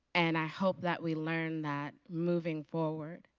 and i hope that we learn that moving forward.